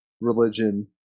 religion